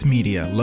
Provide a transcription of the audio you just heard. Media